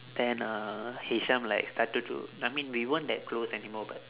then uh hisham like started to I mean we weren't that close anymore but